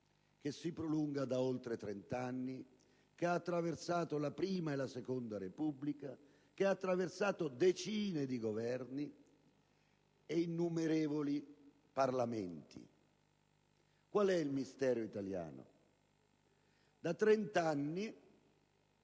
che si prolunga da oltre trent'anni, che ha attraversato la Prima e la Seconda Repubblica e che ha attraversato decine di Governi e innumerevoli Parlamenti. Qual è il mistero italiano? Per trent'anni